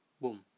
boom